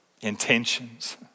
intentions